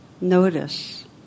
notice